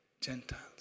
Gentiles